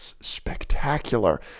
spectacular